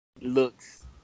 looks